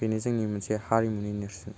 बेनो जोंनि मोनसे हारिमुनि नेर्सोन